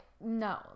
no